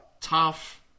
tough